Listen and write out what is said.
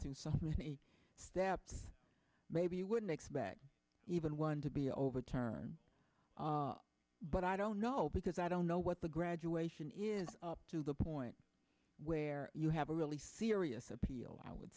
through so many steps maybe you wouldn't expect even one to be overturned but i don't know because i don't know what the graduation is up to the point where you have a really serious appeal i would